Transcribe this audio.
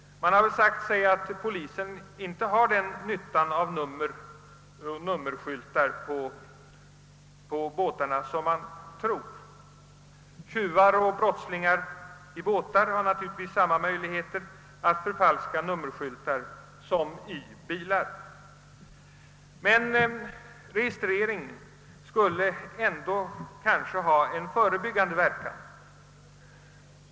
Man har väl sagt, att polisen inte har den nytta av nummerskyltar på båtarna som förslagsställaren tror. Tjuvar och andra brottslingar har natur ligtvis samma möjligheter att förfalska dessa nummerskyltar som när det gäller bilar. Men en registrering skulle kanske ändå ha en förebyggande effekt.